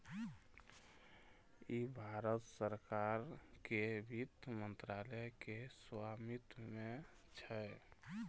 ई भारत सरकार के वित्त मंत्रालय के स्वामित्व मे छै